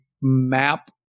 map